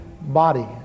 body